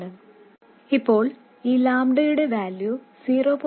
ഇപ്പോൾ ഈ ലാംഡയുടെ വാല്യൂ 0